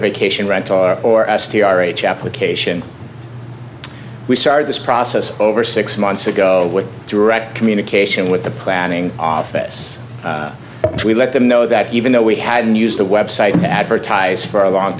a vacation rental or s t r h application we started this process over six months ago with direct communication with the planning office and we let them know that even though we hadn't used the website to advertise for a long